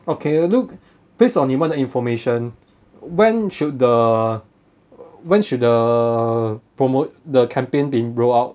okay look based on 你们的 information when should the when should the promote the campaign being rolled out